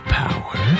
power